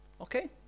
okay